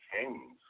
kings